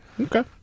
Okay